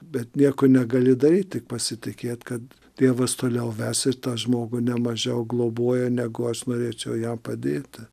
bet nieko negali daryt tik pasitikėt kad dievas toliau ves ir tą žmogų ne mažiau globoja negu aš norėčiau jam padėti